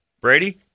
Brady